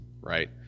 right